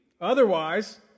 Otherwise